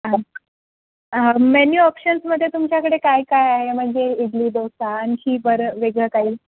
हां मेन्यू ऑप्शन्समध्ये तुमच्याकडे काय काय आहे म्हणजे इडली डोसा आणखी बरं वेगळं काही